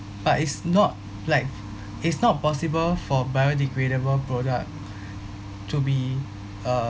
but it's not like it's not possible for biodegradable product to be uh